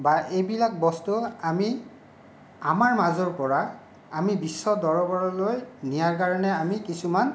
বা এইবিলাক বস্তু আমি আমাৰ মাজৰ পৰা আমি বিশ্ব দৰবাৰলৈ নিয়াৰ কাৰণে আমি কিছুমান